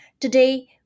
Today